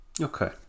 Okay